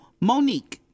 Monique